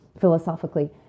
philosophically